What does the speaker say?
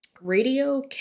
Radio